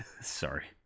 sorry